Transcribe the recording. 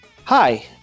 Hi